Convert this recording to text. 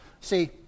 See